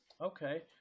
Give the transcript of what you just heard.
Okay